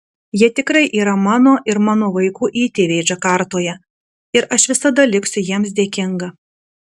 jie tikrai yra mano ir mano vaikų įtėviai džakartoje ir aš visada liksiu jiems dėkinga